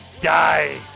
Die